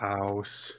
House